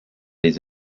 les